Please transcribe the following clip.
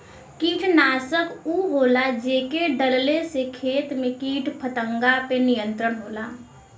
कीटनाशक उ होला जेके डलले से खेत में कीट पतंगा पे नियंत्रण होला